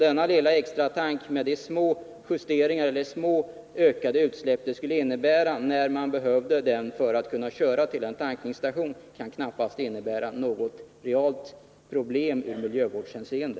Den lilla extratanken och den obetydliga ökning av utsläppen som det skulle bli fråga om när man kör till en tankningsstation skulle knappast innebära något verkligt problem i miljövårdshänseende.